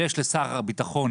לשר הביטחון